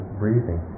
breathing